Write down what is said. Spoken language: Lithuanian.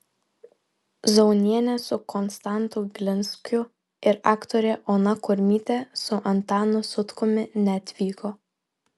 zaunienė su konstantu glinskiu ir aktorė ona kurmytė su antanu sutkumi neatvyko